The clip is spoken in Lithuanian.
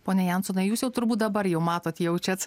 pone jansonai jūs jau turbūt dabar jau matot jaučiat